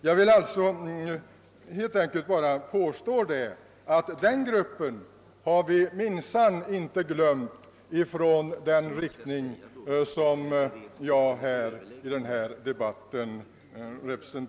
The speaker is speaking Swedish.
Jag vill alltså helt enkelt påstå, att den gruppen har vi inte glömt inom mittenpartierna.